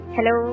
Hello